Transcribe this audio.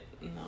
no